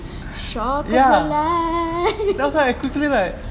shock of the life